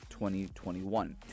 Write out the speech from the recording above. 2021